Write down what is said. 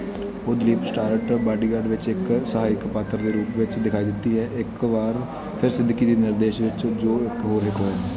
ਉਹ Dileep starrer bodyguard ਵਿੱਚ ਇੱਕ ਸਹਾਇਕ ਪਾਤਰ ਦੇ ਰੂਪ ਵਿੱਚ ਦਿਖਾਈ ਦਿੱਤੀ ਇੱਕ ਵਾਰ ਫਿਰ ਸਿੱਦੀਕੀ ਦੇ ਨਿਰਦੇਸ਼ਨ ਵਿੱਚ ਜੋ ਇੱਕ ਹੋਰ ਹਿੱਟ ਹੋਇਆ